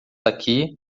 aqui